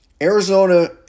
Arizona